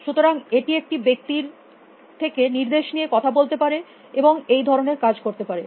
সুতরাং এটি একটি ব্যক্তির সাথে নির্দেশ নিয়ে কথা বলতে পারে এবং এই ধরনের কাজ করতে পারে